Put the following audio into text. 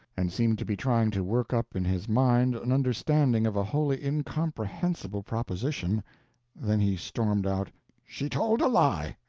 and seemed to be trying to work up in his mind an understanding of a wholly incomprehensible proposition then he stormed out she told a lie!